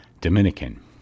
dominican